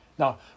Now